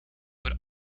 would